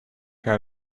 had